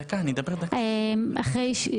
נתניה אין חוף נפרד נגיש.